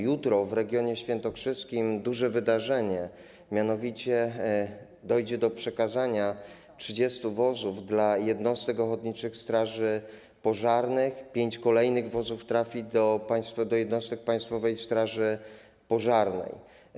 Jutro w regionie świętokrzyskim duże wydarzenie, mianowicie dojdzie do przekazania 30 wozów jednostkom ochotniczych straży pożarnych, pięć kolejnych wozów trafi do jednostek Państwowej Straży Pożarnej.